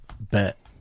Bet